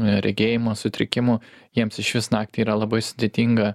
regėjimo sutrikimų jiems išvis naktį yra labai sudėtinga